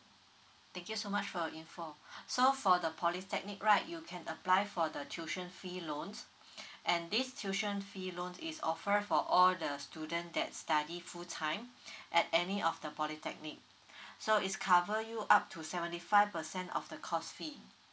thank you so much for your info so for the polytechnic right you can apply for the tuition fee loans and this tuition fee loan is offer for all the students that study full time at any of the polytechnic so is cover you up to seventy five percent of the course fee